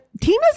Tina's